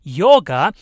yoga